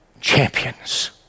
champions